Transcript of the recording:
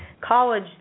college